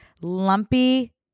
lumpy